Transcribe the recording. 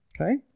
okay